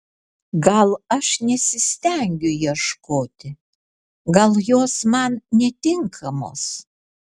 gal aš nesistengiu ieškoti gal jos man netinkamos